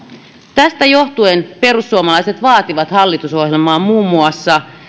tästä johtuen perussuomalaiset vaativat hallitusohjelmaan muun muassa